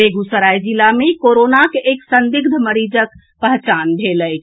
बेगूसराय जिला मे कोरोनाक एक संदिग्ध मरीजक पहचान भेल अछि